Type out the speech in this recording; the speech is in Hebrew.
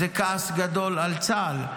זה כעס גדול על צה"ל.